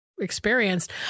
experienced